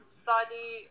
study